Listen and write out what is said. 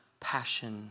passion